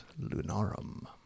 Lunarum